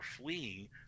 fleeing